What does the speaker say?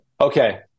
Okay